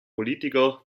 politiker